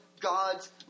God's